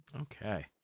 Okay